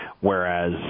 Whereas